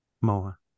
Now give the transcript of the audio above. more